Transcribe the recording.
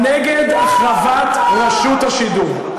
נגד החרבת רשות השידור.